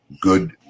good